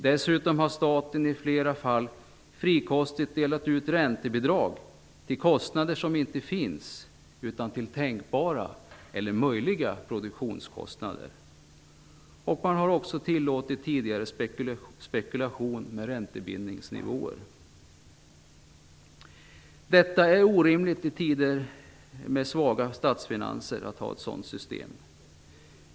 Dessutom har staten i flera fall frikostigt delat ut räntebidrag till kostnader som inte finns, utan till tänkbara eller möjliga produktionskostnader. Tidigare har också spekulation i räntebindningsnivåer tillåtits. I tider med svaga statsfinanser är det orimligt att ha ett sådant system.